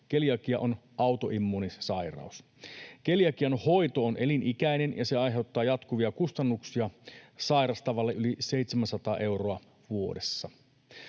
Keliakia on autoimmuunisairaus. Keliakian hoito on elinikäinen, ja se aiheuttaa sairastavalle jatkuvia kustannuksia yli 700 euroa vuodessa.